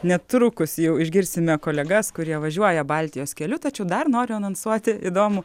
netrukus jau išgirsime kolegas kurie važiuoja baltijos keliu tačiau dar noriu anonsuoti įdomų